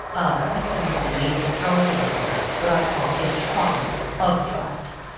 um at least among the major powers of the world, what i call a tribe of tribes.